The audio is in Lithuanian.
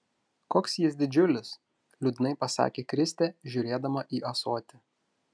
koks jis didžiulis liūdnai pasakė kristė žiūrėdama į ąsotį